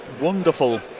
wonderful